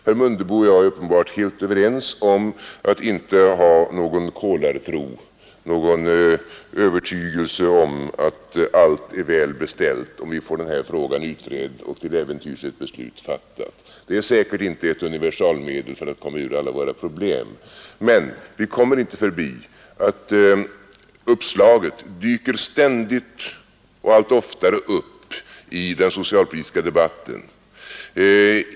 Herr Mundebo och jag är uppenbart helt överens om att inte ha någon kolartro, någon övertygelse att allt är väl beställt, om vi får den här frågan utredd och till äventyrs ett beslut fattat. Det är säkert inte ett universalmedel för att komma ur alla våra problem. Men vi kommer inte förbi att uppslaget ständigt och allt oftare dyker upp i den socialpolitiska debatten.